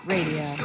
Radio